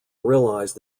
realized